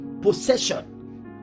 possession